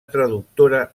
traductora